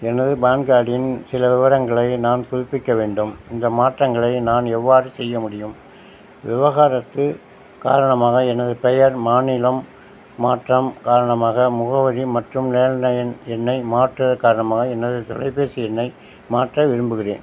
எனது பான் கார்டின் சில விவரங்களை நான் புதுப்பிக்க வேண்டும் இந்த மாற்றங்களை நான் எவ்வாறு செய்ய முடியும் விவாகரத்து காரணமாக எனது பெயர் மாநிலம் மாற்றம் காரணமாக முகவரி மற்றும் லேண்ட்லைன் எண்ணை மாற்றுதல் காரணமாக எனது தொலைபேசி எண்ணை மாற்ற விரும்புகிறேன்